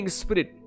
spirit